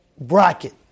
bracket